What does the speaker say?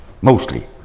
mostly